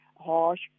harsh